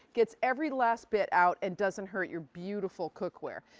gets every last bit out, and doesn't hurt your beautiful cookware,